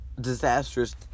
Disastrous